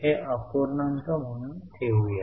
हे अपूर्णांक म्हणून ठेवूया